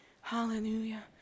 Hallelujah